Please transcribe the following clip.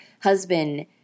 husband